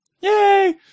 Yay